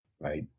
right